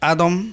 Adam